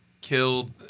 killed